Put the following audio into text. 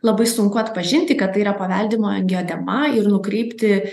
labai sunku atpažinti kad tai yra paveldima angioedema ir nukreipti